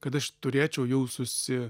kad aš turėčiau jau susi